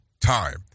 time